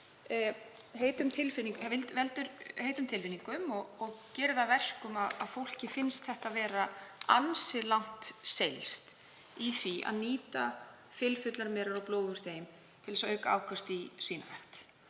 heitum tilfinningum og gerir það að verkum að fólki finnst þetta vera ansi langt gengið í því að nýta fylfullar merar og blóð úr þeim til að auka afköst í svínarækt.